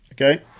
Okay